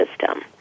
system